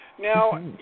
Now